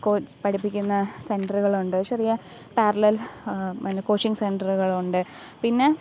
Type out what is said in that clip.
പഠിപ്പിക്കുന്ന സെൻററുകൾ ഉണ്ട് ചെറിയ പാരലൽ കോച്ചിങ് സെൻററുകൾ ഉണ്ട് പിന്നെ